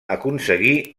aconseguir